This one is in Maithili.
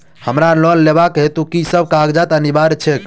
हमरा लोन लेबाक हेतु की सब कागजात अनिवार्य छैक?